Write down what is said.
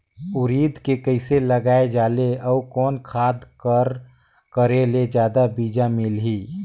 उरीद के कइसे लगाय जाले अउ कोन खाद कर करेले जादा बीजा मिलही?